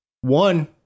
One